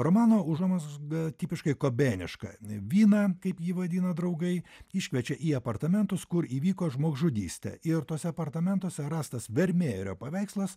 romano užuomazga tipiškai kobeniška viną kaip jį vadina draugai iškviečia į apartamentus kur įvyko žmogžudystė ir tuose apartamentuose rastas vermejerio paveikslas